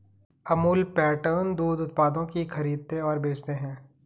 Amul pattern दूध उत्पादों की खरीदते और बेचते है